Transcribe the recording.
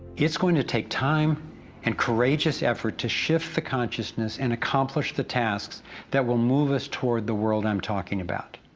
it's going to take time and courageous effort to shift the consciousness and accomplish the tasks that will move us toward the world i'm talking about.